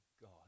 God